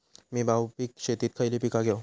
मी बहुपिक शेतीत खयली पीका घेव?